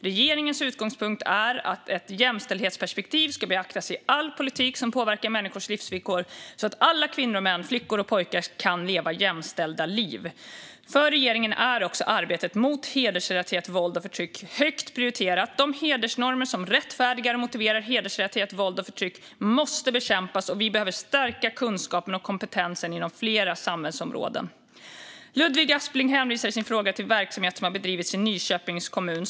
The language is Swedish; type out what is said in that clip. Regeringens utgångspunkt är att ett jämställdhetsperspektiv ska beaktas i all politik som påverkar människors livsvillkor, så att alla kvinnor och män, flickor och pojkar kan leva jämställda liv. För regeringen är också arbetet mot hedersrelaterat våld och förtryck högt prioriterat. De hedersnormer som rättfärdigar och motiverar hedersrelaterat våld och förtryck måste bekämpas, och vi behöver stärka kunskapen och kompetensen inom flera samhällsområden. Ludvig Aspling hänvisar i sin fråga till verksamhet som har bedrivits i Nyköpings kommun.